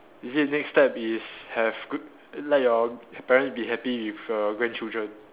is it next step is have good let your parents be happy with your grandchildren